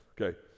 Okay